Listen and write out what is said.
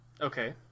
Okay